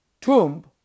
tomb